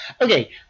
Okay